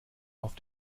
auf